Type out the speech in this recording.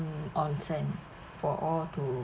mm onsen for all to